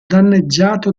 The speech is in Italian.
danneggiato